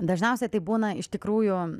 dažniausiai tai būna iš tikrųjų